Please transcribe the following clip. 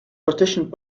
partitioned